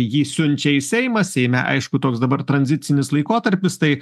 jį siunčia į seimą seime aišku toks dabar tranzicinis laikotarpis tai